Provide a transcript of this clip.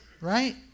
right